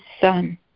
son